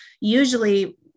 usually